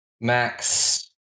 max